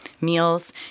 meals